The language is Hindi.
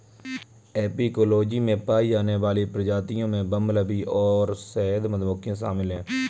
एपिकोलॉजी में पाई जाने वाली प्रजातियों में बंबलबी और शहद मधुमक्खियां शामिल हैं